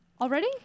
Already